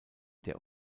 der